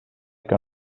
que